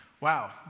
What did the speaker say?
Wow